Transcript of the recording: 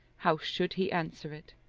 how should he answer it?